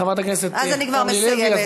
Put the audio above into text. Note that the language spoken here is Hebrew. חבר הכנסת אורלי לוי.